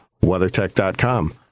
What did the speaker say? WeatherTech.com